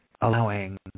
allowing